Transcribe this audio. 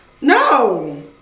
No